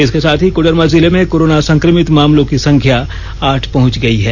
इसके साथ ही कोडरमा जिले में कोरोना संक्रमित मामलों की संख्या आठ पहुंच गई है